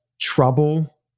trouble